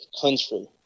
country